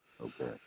Okay